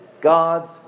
God's